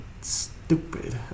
Stupid